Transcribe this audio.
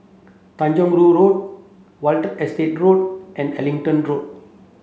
Tanjong Rhu Road Watten Estate Road and Abingdon Road